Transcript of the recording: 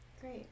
Great